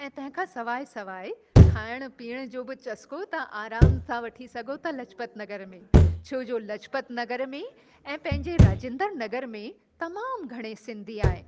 ऐं तंहिंखां सवाइ सवाइ खाइण पीअण जो बि चस्को तव्हां आराम सां वठी सघो था लाजपत नगर में छोजो लाजपत नगर में ऐं पंहिंजे राजेंद्र नगर में तमामु घणेई सिंधी आहिनि